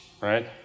right